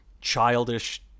childish